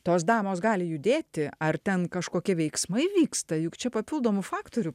tos damos gali judėti ar ten kažkokie veiksmai vyksta juk čia papildomų faktorių